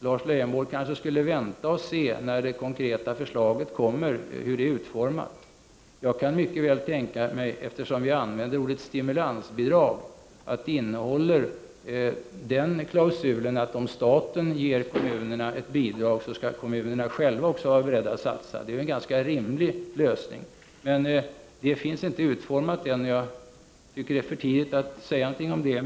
Lars Leijonborg skulle kanske vänta tills det konkreta förslaget kommer och se hur det är utformat. Eftersom vi använder ordet stimulansbidrag kan jag mycket väl tänka mig att det innehåller den klausulen att om staten ger kommunerna ett bidrag, så skall kommunerna själva också vara beredda att satsa. Det är ju en ganska rimlig lösning. Förslaget finns emellertid inte utformat än, och jag tycker att det är för tidigt att säga någonting om detta.